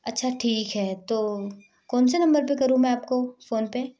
अच्छा ठीक है तो कौनसे नंबर पे करूँ मैं आपको फ़ोन पे